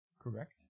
correct